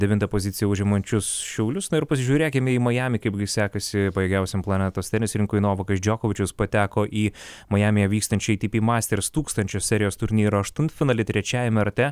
devintą poziciją užimančius šiaulius na ir pasižiūrėkim į majamį kaipgi sekasi pajėgiausiam planetos tenisininkui novakas džokovičius pateko į majamyje vykstančio atp masters tūkstančio serijos turnyro aštuntfinalį trečiajame rate